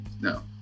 no